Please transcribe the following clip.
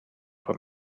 for